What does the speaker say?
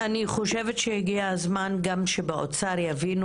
אני חושבת גם שהגיע הזמן שבמשרד האוצר יבינו